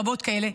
רבות כאלה,